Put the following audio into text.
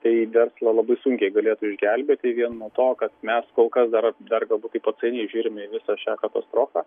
tai verslą labai sunkiai galėtų išgelbėti vien nuo to kad mes kol kas dar dar galbūt taip atsainiai žiūrime į visą šią katastrofą